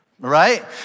right